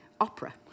opera